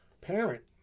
parent